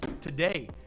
Today